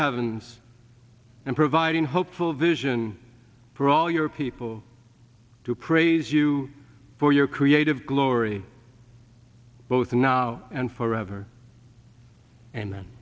heavens and providing hopeful vision for all your people to praise you for your creative glory both now and forever and